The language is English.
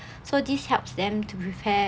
so this helps them to prepare